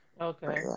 Okay